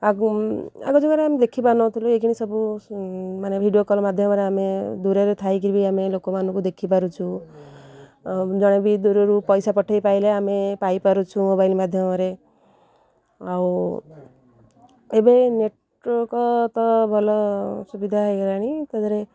ଆଗ ଆଗ ଜାଗାରେ ଆମେ ଦେଖିପାରୁ ନଥିଲୁ ଏଇଠି ସବୁ ମାନେ ଭିଡ଼ିଓ କଲ୍ ମାଧ୍ୟମରେ ଆମେ ଦୂରରେ ଥାଇକି ବି ଆମେ ଲୋକମାନଙ୍କୁ ଦେଖିପାରୁଛୁ ଜଣେ ବି ଦୂରରୁ ପଇସା ପଠେଇ ପାଇଲେ ଆମେ ପାଇପାରୁଛୁ ମୋବାଇଲ୍ ମାଧ୍ୟମରେ ଆଉ ଏବେ ନେଟୱର୍କ ତ ଭଲ ସୁବିଧା ହେଇଗଲାଣି ତା ଦେହରେ